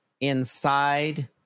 inside